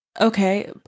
okay